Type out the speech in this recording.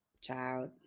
Child